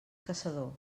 caçador